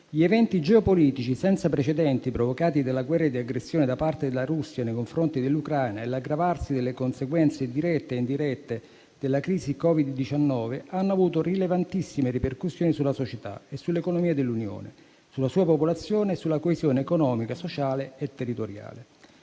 gli eventi geopolitici senza precedenti provocati dalla guerra di aggressione da parte della Russia nei confronti dell'Ucraina e l'aggravarsi delle conseguenze dirette e indirette della crisi del Covid-19 hanno avuto rilevantissime ripercussioni sulla società e sull'economia dell'Unione, sulla sua popolazione e sulla coesione economica, sociale e territoriale.